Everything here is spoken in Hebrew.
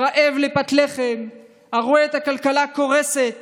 הרעב לפת לחם, הרואה את הכלכלה קורסת